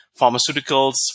pharmaceuticals